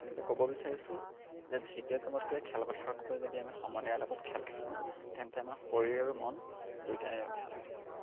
গতিকে ক'ব বিচাৰিছোঁ যে ভিডিঅ' গেমতকৈ খেল পথাৰত গৈ যদি আমি সমনীয়াৰ লগত খেল খেলোঁ তেন্তে আমাৰ শৰীৰ আৰু মন দুয়োটাই ভাল হৈ থাকিব